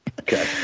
Okay